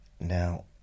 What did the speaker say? Now